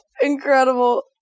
incredible